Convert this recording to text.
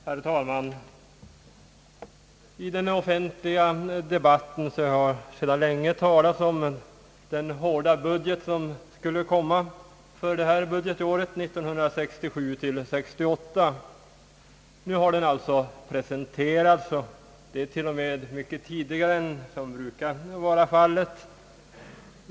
Herr talman! I den offentliga debatten har sedan länge talats om den hårda budget som skulle framläggas för budgetåret 1967/68. Nu har den alltså presenterats, och det till och med mycket tidigare än som annars brukar vara fallet.